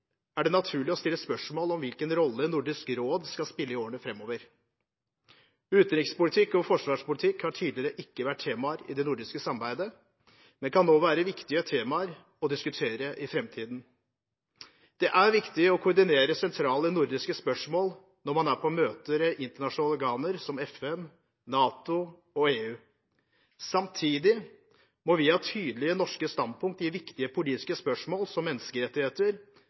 er det naturlig å stille spørsmål om hvilken rolle Nordisk råd skal spille i årene framover. Utenrikspolitikk og forsvarspolitikk har tidligere ikke vært temaer i det nordiske samarbeidet, men kan nå være viktige temaer å diskutere i framtiden. Det er viktig å koordinere sentrale nordiske spørsmål når man er på møter i internasjonale organer som FN, NATO og EU. Samtidig må vi ha tydelige norske standpunkter i viktige politiske spørsmål som menneskerettigheter,